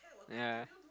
ya